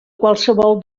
qualsevol